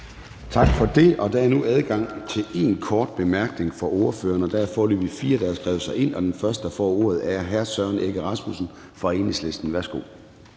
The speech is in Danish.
Tak for det. Der er nu adgang til én kort bemærkning fra ordførerne. Der er foreløbig fire, der har skrevet sig ind til det. Den første, der får ordet, er hr. Søren Egge Rasmussen fra Enhedslisten. Værsgo.